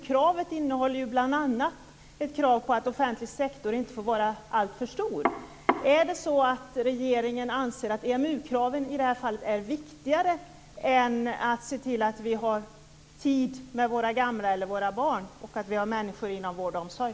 kraven innehåller bl.a. ett krav på att offentlig sektor inte får vara alltför stor. Anser regeringen att EMU kraven i det här fallet är viktigare än att vi ser till att vi har tid med våra gamla och våra barn och att vi har människor inom vård och omsorg?